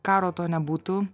karo to nebūtų